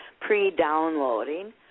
pre-downloading